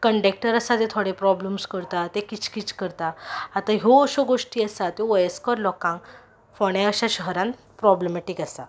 conductor आसा ते थोडे प्रॉब्लेमस करतात ते किचकीच करतात आता ह्यो अश्यो गोश्टी आसात त्यो वयस्कर लोकांक फोंड्या अश्या शहरान प्रॉब्लेमेटीक आसा